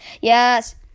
Yes